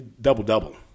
double-double